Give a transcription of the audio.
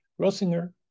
Rosinger